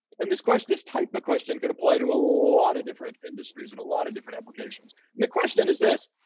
and this question, this type of question could apply to a lot of different industries and a lot of different applications. and the question is this.